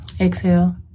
Exhale